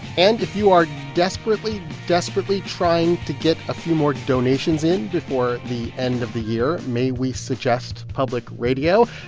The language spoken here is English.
and if you are desperately, desperately trying to get a few more donations in before the end of the year, may we suggest public radio?